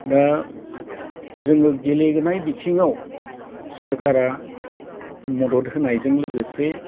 दा जोङो गेलेनाय बिथिंआव सरखारा मदद होनायजों लोगोसे